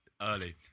Early